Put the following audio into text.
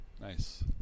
Nice